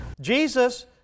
Jesus